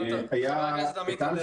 העלה אותה חבר הכנסת עמית הלוי.